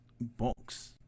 box